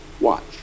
Watch